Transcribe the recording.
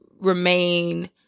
remain